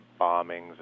bombings